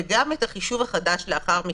וגם את החישוב החדש לאחר מכן.